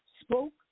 spoke